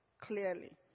clearly